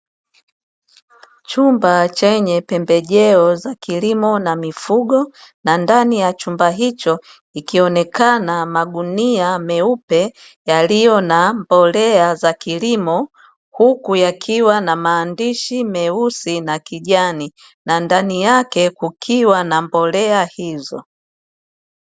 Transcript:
Chumba chenye pembejeo za kilimo na mifugo, na ndani ya chumba hicho ikionekana magunia meupe yaliyo na mbolea za kilimo, huku yakiwa na maandishi meusi na kijani, na ndani yake kukiwa na mbolea hizo.